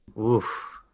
Oof